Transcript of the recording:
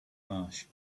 marsh